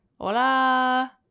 Hola